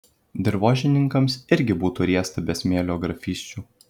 dirvožemininkams irgi būtų riesta be smėlio grafysčių